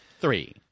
Three